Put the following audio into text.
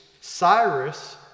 Cyrus